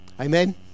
Amen